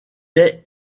est